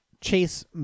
Chase